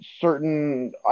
certain